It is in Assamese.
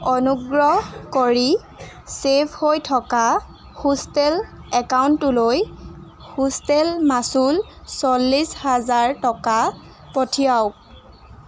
অনুগ্ৰহ কৰি চেভ হৈ থকা হোষ্টেল একাউণ্টটোলৈ হোষ্টেল মাচুল চল্লিছ হাজাৰ টকা পঠিয়াওক